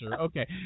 Okay